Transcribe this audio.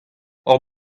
hor